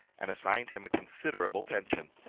and assigned him a considerable pension.